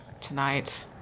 tonight